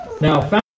Now